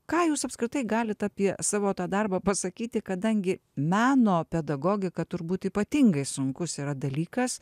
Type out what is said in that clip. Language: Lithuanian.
ką jūs apskritai galit apie savo tą darbą pasakyti kadangi meno pedagogika turbūt ypatingai sunkus yra dalykas